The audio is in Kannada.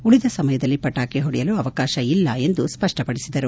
ಉಳಿದ ಸಮಯದಲ್ಲಿ ಪಟಾಕಿ ಹೊಡೆಯಲು ಅವಕಾಶ ಇಲ್ಲ ಎಂದು ಸ್ವವ್ವವಡಿಸಿದರು